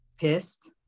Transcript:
pissed